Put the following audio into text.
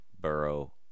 Burrow